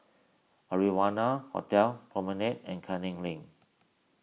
Arianna Hotel Promenade and Canning Lane